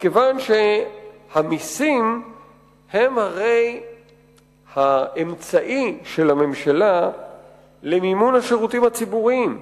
מכיוון שהמסים הם הרי האמצעי של הממשלה למימון השירותים הציבוריים.